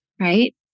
right